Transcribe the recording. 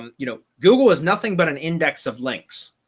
um you know, google is nothing but an index of links,